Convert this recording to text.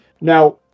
Now